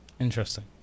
Interesting